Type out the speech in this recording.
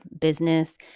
business